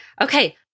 Okay